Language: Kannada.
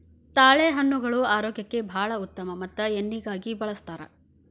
ತಾಳೆಹಣ್ಣುಗಳು ಆರೋಗ್ಯಕ್ಕೆ ಬಾಳ ಉತ್ತಮ ಮತ್ತ ಎಣ್ಣಿಗಾಗಿ ಬಳ್ಸತಾರ